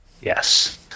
Yes